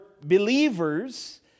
believers